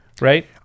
Right